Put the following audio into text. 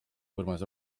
urmas